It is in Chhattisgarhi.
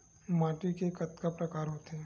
माटी के कतका प्रकार होथे?